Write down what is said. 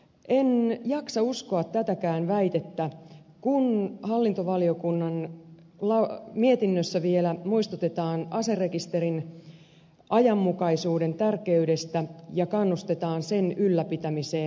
en jaksa uskoa tätäkään väitettä kun hallintovaliokunnan mietinnössä vielä muistutetaan aserekisterin ajanmukaisuuden tärkeydestä ja kannustetaan sen ylläpitämiseen